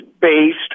based